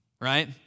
right